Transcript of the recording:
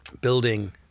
building